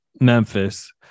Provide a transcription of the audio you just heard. Memphis